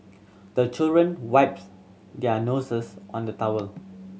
the children wipes their noses on the towel